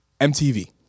MTV